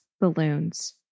balloons